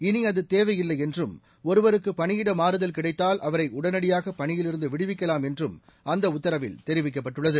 இனி அது தேவையில்லை என்றும் ஒருவருக்கு பணியிட மாறுதல் கிடைத்தால் அவரை உடனடியாக பணியிலிருந்து விடுவிக்கலாம் என்று அந்த உத்தரவில் தெரிவிக்கப்பட்டுள்ளது